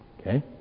Okay